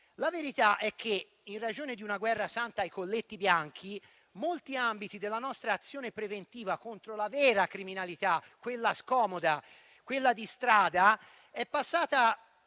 La verità è che, in ragione di una guerra santa ai colletti bianchi, molti ambiti della nostra azione preventiva contro la vera criminalità, quella scomoda, quella di strada, sono passati